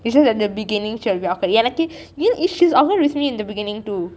it's just that the beginning she will be awkward எனக்கே:enakkei you know she is awkward in the beginning with me too